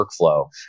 workflow